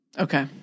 Okay